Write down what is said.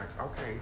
okay